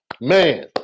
Man